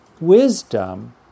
Wisdom